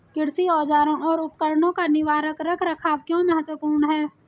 कृषि औजारों और उपकरणों का निवारक रख रखाव क्यों महत्वपूर्ण है?